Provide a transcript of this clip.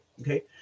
Okay